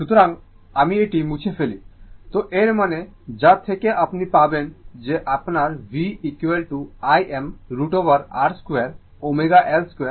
সুতরাং আমি এটি মুছে ফেলি তো এর মানে যা থেকে আপনি পাবেন যে আপনার v v Im √ over R 2 ω L 2 sin ω t θ